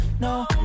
No